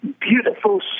beautiful